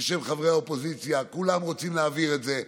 בשם חברי האופוזיציה, שכולם רוצים להעביר את זה.